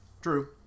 True